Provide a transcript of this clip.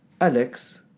Alex